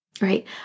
right